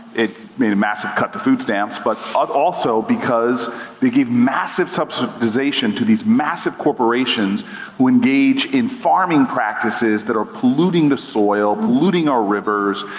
it made a massive cut to food stamps, but also because they gave massive subsidization to these massive corporations who engage in farming practices that are polluting the soil, polluting our rivers,